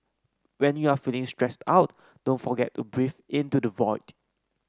when you are feeling stressed out don't forget to breathe into the void